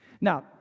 Now